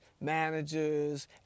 managers